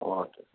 okay sir